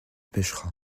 pêchera